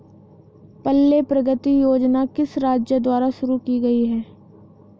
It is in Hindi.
पल्ले प्रगति योजना किस राज्य द्वारा शुरू की गई है?